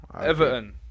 Everton